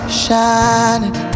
shining